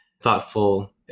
thoughtful